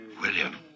William